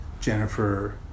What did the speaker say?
Jennifer